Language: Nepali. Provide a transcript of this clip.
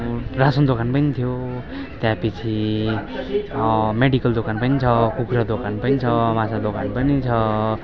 रासिन दोकान पनि थियो त्यहाँपिच्छे मेडिकल दोकान पनि छ कुखुरा दोकान पनि छ माछा दोकान पनि छ